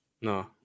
No